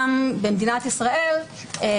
וגם במישור הבין לאומי וגם במדינת ישראל בדומה